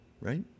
right